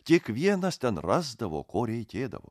kiekvienas ten rasdavo ko reikėdavo